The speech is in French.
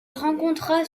rencontra